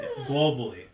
globally